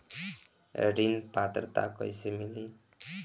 ऋण पात्रता कइसे मिली?